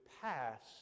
passed